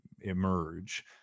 emerge